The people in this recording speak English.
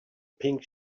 pink